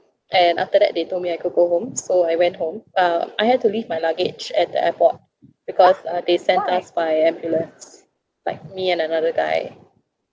and after that they told me I could go home so I went home uh I had to leave my luggage at the airport because uh they sent us by ambulance like me and another guy